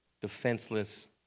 defenseless